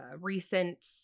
recent